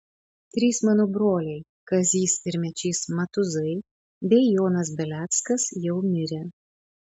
trys mano broliai kazys ir mečys matuzai bei jonas beleckas jau mirę